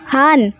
on